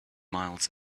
miles